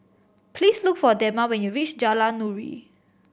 please look for Dema when you reach Jalan Nuri